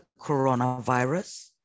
coronavirus